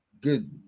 good